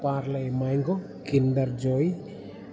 parle mango kinder joy